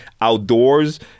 outdoors